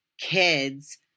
kids